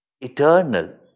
eternal